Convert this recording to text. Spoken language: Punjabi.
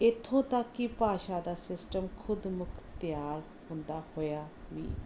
ਇਥੋਂ ਤੱਕ ਕਿ ਭਾਸ਼ਾ ਦਾ ਸਿਸਟਮ ਖੁਦ ਮੁਖਤਿਆਰ ਹੁੰਦਾ ਹੋਇਆ ਵੀ